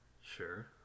Sure